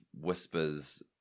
whispers